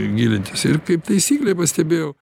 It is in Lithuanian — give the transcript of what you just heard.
gilintis ir kaip taisyklė pastebėjau